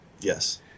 Yes